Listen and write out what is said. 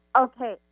Okay